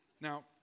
Now